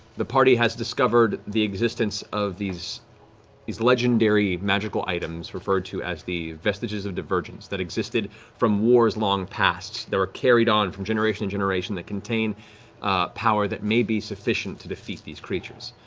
the party has discovered the existence of these these legendary magical items, referred to as the vestiges of divergence, that existed from wars long past. they were carried on from generation to generation that contain power that may be sufficient to defeat these creatures.